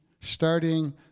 starting